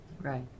Right